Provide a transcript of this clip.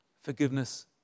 forgiveness